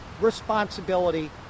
responsibility